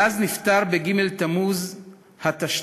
מאז נפטר בג' תמוז התשנ"ד,